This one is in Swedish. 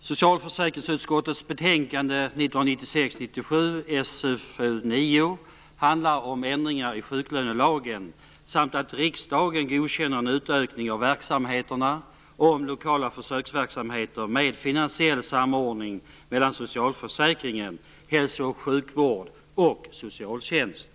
Fru talman! Socialförsäkringsutskottets betänkande 1996/97:SfU9 handlar om ändringar i sjuklönelagen samt att riksdagen skall godkänna en utökning av lokala försöksverksamheter med finansiell samordning mellan socialförsäkringen, hälso och sjukvård och socialtjänst.